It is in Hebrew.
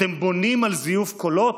אתם בונים על זיוף קולות?